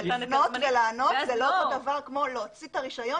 אבל לפנות ולענות זה לא אותו הדבר להוציא את הרישיון